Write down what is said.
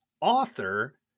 author